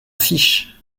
fiche